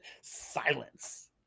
Silence